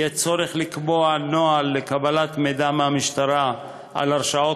יהא צורך לקבוע נוהל לקבלת מידע מהמשטרה על הרשעות